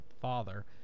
father